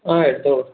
ആ എടുത്തോളൂ